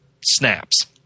snaps